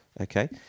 Okay